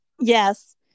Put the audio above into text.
yes